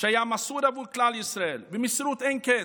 שהיה מסור עבור כלל ישראל במסירות אין קץ,